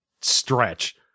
stretch